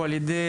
עלה,